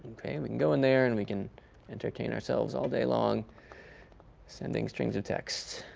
ok, and we go in there, and we can entertain ourselves all day long sending strings of text.